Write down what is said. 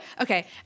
Okay